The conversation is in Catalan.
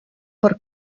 per